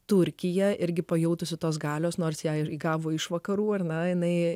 turkija irgi pajautusi tos galios nors ją ir gavo iš vakarų ar na jinai